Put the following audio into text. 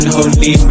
Holy